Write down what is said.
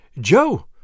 Joe